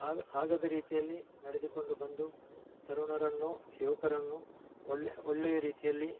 ಆಗದ ಆಗದ ರೀತಿಯಲ್ಲಿ ನಡೆದುಕೊಂಡು ಬಂದು ತರುಣರನ್ನು ಯುವಕರನ್ನು ಒಳ್ಳೆಯ ರೀತಿಯಲ್ಲಿ